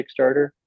kickstarter